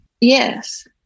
Yes